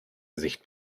gesicht